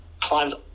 climbed